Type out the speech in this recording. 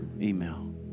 email